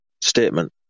statement